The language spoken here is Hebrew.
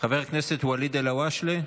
חבר הכנסת ואליד אלהואשלה,